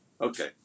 Okay